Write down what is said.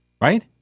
right